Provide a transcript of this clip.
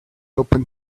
open